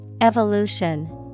Evolution